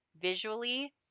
visually